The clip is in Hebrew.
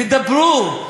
תדברו.